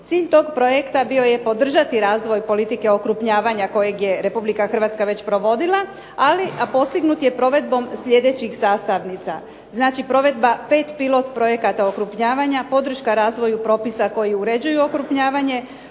Cilj tog projekta bio je podržati razvoj politike okrupnjavanja kojeg je Republike Hrvatska već provodila a postignut je provedbom sljedećih sastavnica. Znači provedba pet pilot projekata okrupnjavanja, podrška razvoju propisa koji uređuju okrupnjavanje,